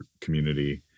community